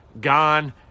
gone